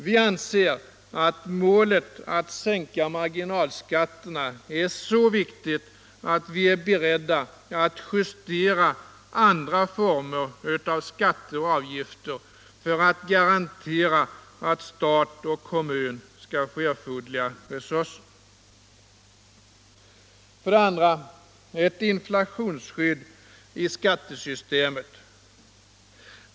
Vi anser målet att sänka marginalskatterna vara så viktigt att vi är beredda att justera andra former av skatter och avgifter för att garantera att stat och kommun skall få erforderliga resurser. 2. Inflationsskydd i skattesystemet.